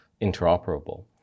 interoperable